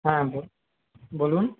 হ্যাঁ ব বলুন